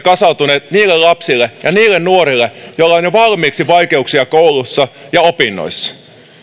kasautuneet niille lapsille ja nuorille joilla on jo valmiiksi vaikeuksia koulussa ja opinnoissa